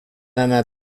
einer